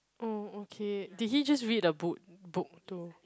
oh okay did he just read a book book too